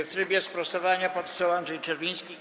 W trybie sprostowania poseł Andrzej Czerwiński.